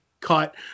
Cut